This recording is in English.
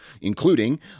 including